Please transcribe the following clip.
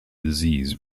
disease